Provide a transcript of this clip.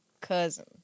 cousin